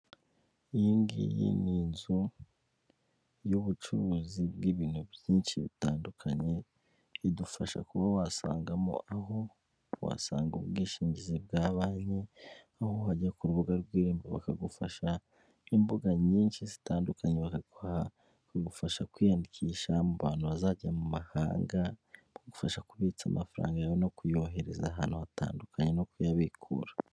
Iyi ngiyi ni inzu y'ubucuruzi bw'ibintu byinshi bitandukanye, bidufasha kuba wasangamo aho wasanga ubwishingizi bwa banki, aho wajya k'urubuga rw'irembo bakagufasha ,imbuga nyinshi zitandukanye bakaguha ,bakagufasha kwiyandikisha mubantu bazajya mu mahanga ,bakagufasha kubitsa amafaranga yawe no kuyohereza ahantu hatandukanye no kuyabikura.